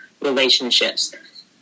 relationships